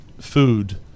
food